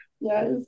Yes